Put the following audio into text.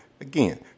Again